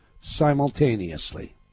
simultaneously